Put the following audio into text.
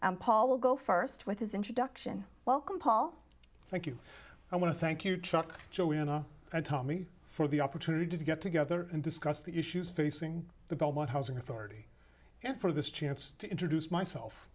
and paul will go first with this introduction welcome paul thank you i want to thank you chuck joanna and tommy for the opportunity to get together and discuss the issues facing the belmont housing authority and for this chance to introduce myself